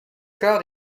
cor